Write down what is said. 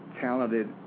talented